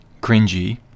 cringy